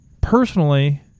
personally